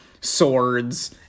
swords